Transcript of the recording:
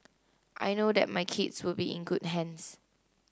I know that my kids would be in good hands